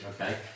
Okay